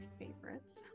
favorites